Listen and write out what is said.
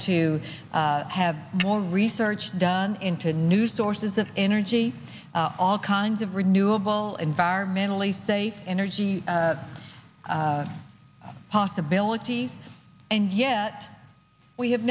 to have more research done into new sources of energy all kinds of renewable environmentally safe energy possibilities and yet we have